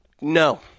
No